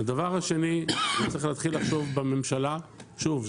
הדבר השני שצריך להתחיל לחשוב עליו בממשלה שוב,